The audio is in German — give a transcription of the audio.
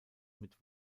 mit